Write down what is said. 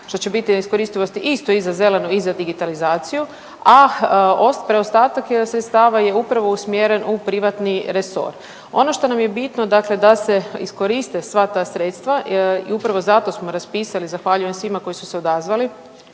što će biti iskoristivosti isto i za zelenu i za digitalizaciju, a preostatak sredstava je upravo usmjeren u privatni resor. Ono što nam je bitno da se iskoriste sva ta sredstva i upravo zato smo raspisali i zahvaljujem svima koji su se odazvali